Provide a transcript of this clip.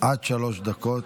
עד שלוש דקות.